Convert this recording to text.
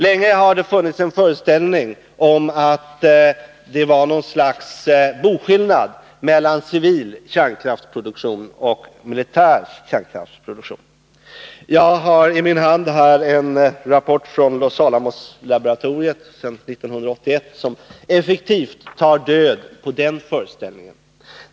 Länge har det funnits en föreställning om att det förelåg något slags boskillnad mellan civil kärnkraftsproduktion och militär kärnkraftsproduktion. Jag har i min hand en rapport från Los Alamos-laboratoriet från 1981 som effektivt tar död på den föreställningen.